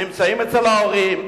נמצאים אצל ההורים,